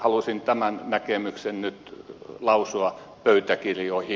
halusin tämän näkemyksen nyt lausua pöytäkirjoihin